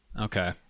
okay